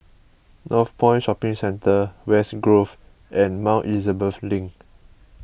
Northpoint Shopping Centre West Grove and Mount Elizabeth Link